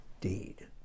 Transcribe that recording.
deed